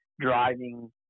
driving